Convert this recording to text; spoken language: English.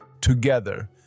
Together